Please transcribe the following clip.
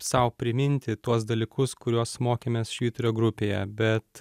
sau priminti tuos dalykus kuriuos mokėmės švyturio grupėje bet